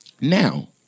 now